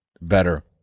better